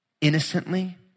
innocently